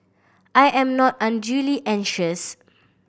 I am not unduly anxious